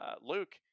luke